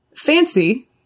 Fancy